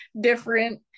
different